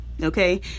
Okay